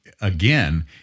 again